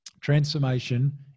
transformation